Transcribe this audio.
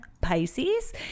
Pisces